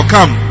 Come